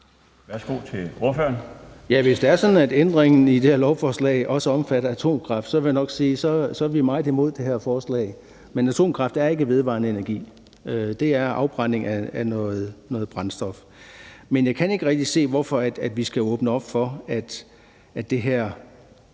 Hvis det er sådan, at ændringen i det her lovforslag også omfatter atomkraft, vil jeg nok sige, at så er vi meget imod det her forslag. Atomkraft er ikke vedvarende energi. Det er afbrænding af noget brændstof. Men jeg kan ikke rigtig se, hvorfor vi skal åbne op for, at man skal